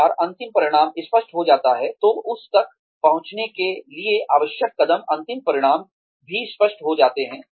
एक बार अंतिम परिणाम स्पष्ट हो जाता है तो उस तक पहुंचने के लिए आवश्यक कदम अंतिम परिणाम भी स्पष्ट हो जाते हैं